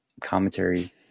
commentary